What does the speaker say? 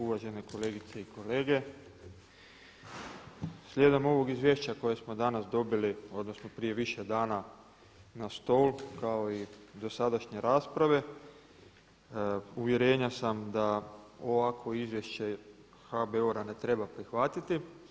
Uvažene kolegice i kolege, slijedom ovog izvješća koje smo danas dobili, odnosno prije više dana na stol kao i dosadašnje rasprave uvjerenja sam da ovakvo izvješće HBOR-a ne treba prihvatiti.